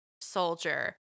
soldier